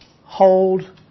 hold